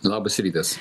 labas rytas